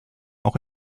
auch